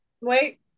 Wait